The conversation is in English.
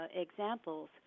examples